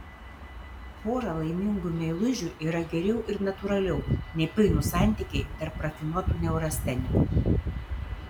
pora laimingų meilužių yra geriau ir natūraliau nei painūs santykiai tarp rafinuotų neurastenikų